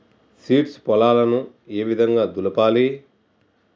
Seeds పొలాలను ఏ విధంగా దులపాలి?